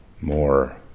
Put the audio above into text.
more